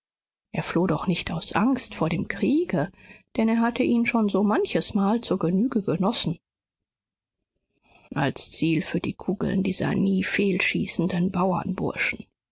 er floh doch nicht aus angst vor dem kriege denn er hatte ihn schon so manches mal zur genüge genossen als ziel für die kugeln dieser nie fehlschießenden